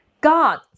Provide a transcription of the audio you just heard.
God